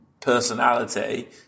personality